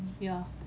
ya